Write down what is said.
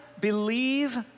believe